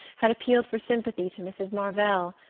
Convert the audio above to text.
had appealed for sympathy to mrs. marvell.